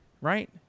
right